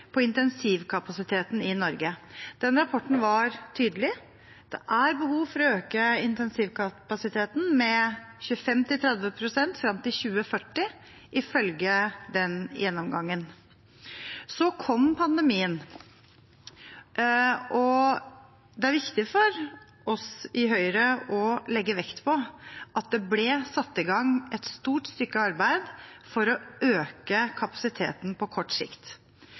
på intensivkapasiteten i Norge. Den rapporten var tydelig. Det er behov for å øke intensivkapasiteten med 25–30 pst. fram til 2040, ifølge den gjennomgangen. Så kom pandemien, og det er viktig for oss i Høyre å legge vekt på at det ble satt i gang et stort stykke arbeid for å øke kapasiteten på kort sikt.